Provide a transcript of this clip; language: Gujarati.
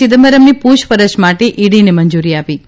ચિદમ્બરમની પૂછપરછ માટે ઇડીને મંજૂરી આપી છે